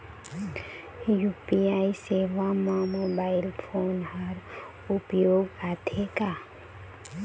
UPI सेवा म mobile phone हर उपयोग आथे का?